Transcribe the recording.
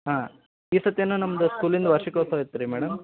ಹಾಂ ಈ ಸತೇನು ನಮ್ದು ಸ್ಕೂಲಿಂದು ವಾರ್ಷಿಕೋತ್ಸವ ಇತ್ತು ರೀ ಮೇಡಮ್